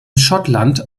schottland